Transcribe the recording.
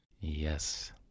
Yes